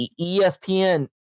ESPN